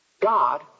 God